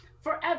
forever